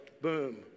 Boom